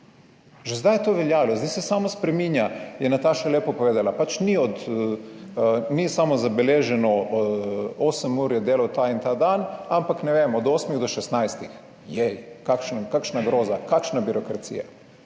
Že zdaj je to veljalo, zdaj se samo spreminja, je Nataša lepo povedala, pač ni od, ni samo zabeleženo. Osem ur je delal ta in ta dan, ampak ne vem, od 8 do 16 je kakšen, kakšna groza, kakšna birokracija,